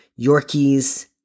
Yorkies